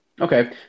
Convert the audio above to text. Okay